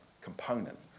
component